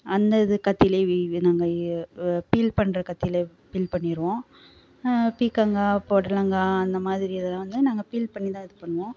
அந்த இது கத்திலே வி நாங்கள் பீல் பண்ணுற கத்திலே பீல் பண்ணிடுவோம் பீக்கங்காய் புடலங்கா அந்த மாதிரி இதெல்லாம் வந்து நாங்கள் பீல் பண்ணி தான் இது பண்ணுவோம்